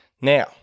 Now